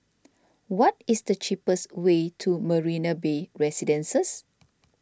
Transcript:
what is the cheapest way to Marina Bay Residences